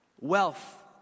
Wealth